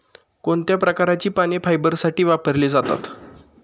कोणत्या प्रकारची पाने फायबरसाठी वापरली जातात?